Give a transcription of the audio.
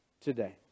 today